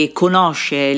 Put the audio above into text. conosce